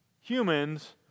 Humans